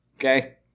Okay